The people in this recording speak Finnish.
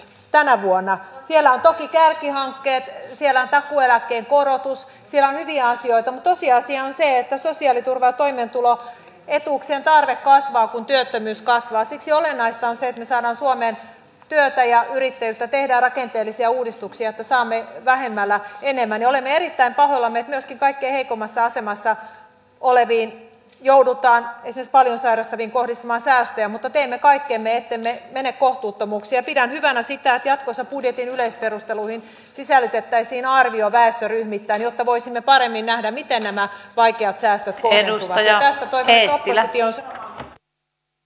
tänä vuonna siellä on toki kärkihankkeet siellä on takuueläkkeen korotus ja hyviä asioita tosiasia on se että sosiaaliturvan toimeentulo etuuksien tarve kasvaa kun työttömyys kasvaa siksi olennaista on sekin saadaan suomeen työtä ja yritetä tehdä rakenteellisia uudistuksia saamme vähemmällä enemmän olemme erittäin pahoillamme joskin kaikkein heikommassa asemassa olevien joudutaan ei se paljon särestöviin kohdistuva säästöä mutta teemme kaikkemme ettemme mene kohtuuttomuuksia pidän ole kauhean uskottavaa vaan meidän pitäisi tässä tilanteessa niin pitää tästä perusrahoituksesta kiinni kuin sitten toki myös lisätä niitä uudistumisen eväitä